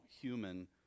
human